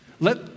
Let